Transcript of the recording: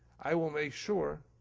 i will make sure,